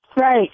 Right